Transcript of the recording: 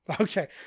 Okay